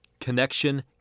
Connection